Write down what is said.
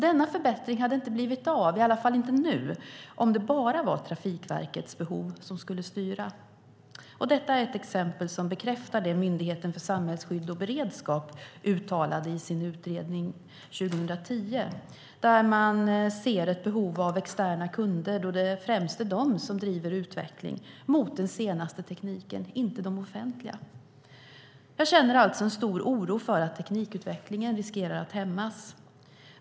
Denna förbättring hade inte blivit av, i alla fall inte nu, om det bara varit Trafikverkets behov som skulle styra. Detta är ett exempel som bekräftar det som Myndigheten för samhällsskydd och beredskap uttalade i sin utredning 2010, där man ser ett behov av externa kunder då det främst är de som driver utveckling mot den senaste tekniken, inte de offentliga. Jag känner alltså en stor oro för att teknikutvecklingen riskerar att hämmas.